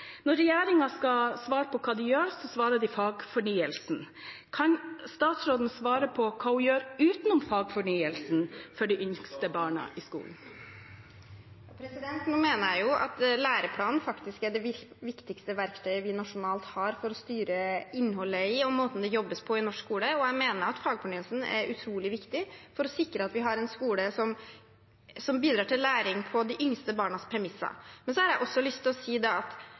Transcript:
Når regjeringen skal svare på hva de gjør, svarer de «fagfornyelsen». Kan statsråden svare på hva hun gjør – utenom fagfornyelsen – for de yngste barna i skolen? Jeg mener at læreplanen er det viktigste verktøyet vi har nasjonalt for å styre innholdet i og måten det jobbes på i norsk skole. Jeg mener at fagfornyelsen er utrolig viktig for å sikre at vi har en skole som bidrar til læring på de yngste barnas premisser. Jeg mener det blir veldig feil å skulle sette opp en slags motsetning mellom det